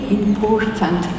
important